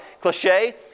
cliche